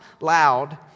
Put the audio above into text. loud